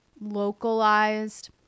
localized